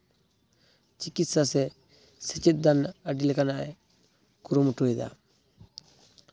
ᱪᱤᱠᱤᱛᱥᱟ ᱥᱮ ᱥᱮᱪᱮᱫ ᱫᱟᱱ ᱨᱮᱱᱟᱜ ᱟᱹᱰᱤ ᱞᱮᱠᱟᱱᱟᱜ ᱮ ᱠᱩᱨᱩᱢᱩᱴᱩᱭᱮᱫᱟ